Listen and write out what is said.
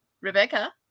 Rebecca